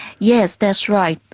yes, that's right.